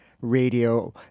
Radio